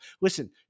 listen